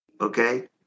okay